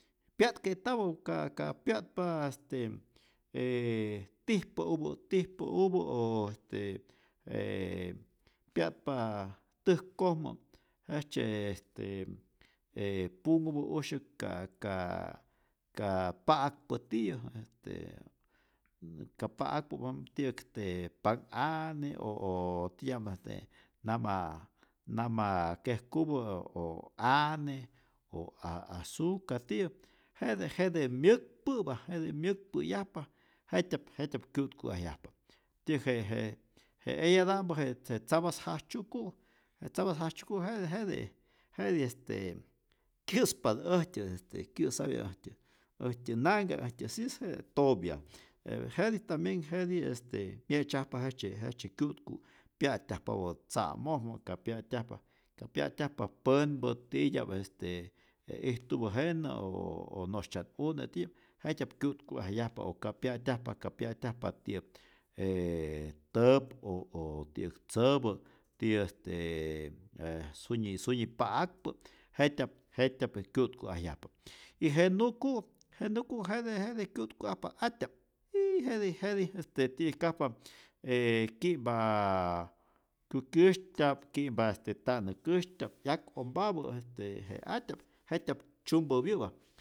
Pya'tke'tapä ka ka pya'tpa este tijpäupä tijpäupä o este pya'tpa täjkojmä jejtzye este e punhupä usyäk ka ka ka pa'akpä tiyä, este nn- ka pa'akpa tiyä'k este panhane o o ti'tya'm este nama namakejkupä o ane, o a a azukar tiyä, jete myäkpäpa jete myäkpäyajpa jet'tya'p jetya'p kyu'tku'ajyajpa, ti'yäk je je je eyata'mpä je je tzapas jajtzyuku' je tzapas jajtzuku' jete jetij jetij este kyä'spatä äjtyä este kyä'sapya äjtyä äjtyä nanhka äjtyä sis, jete topya, pero jetij tambien jetij este myetzyajpa jejtzye jejtzye kyu'tku' pya'tyajpapä tza'mojmä, ka pya'tyajpa ka pya'tyajpa pänpät titya'p este je ijtupä jenä oooo no'sytzyat une' tiyä jetyap kyu'tku'ajyajpa, o ka pya'tyajpa ka pya'tyajpa ti'yäk je täp o o ti'yäk tzäpä' tiyä este ee sunyi sunyi pa'akpä jetyap jetyap je kyu'tku'ajyajpa, y je nuku' je nuku' jete jete kyu'tku'ajpa atya'p, jiiii jetij jetij este ti'yäjkajpa ki'mp kukyäsytya'p, ki'mpa este ta'näkäsytya'p 'yak'ompapä este je atyap jetyap tzämpopyä'pa